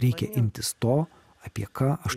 reikia imtis to apie ką aš